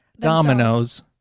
dominoes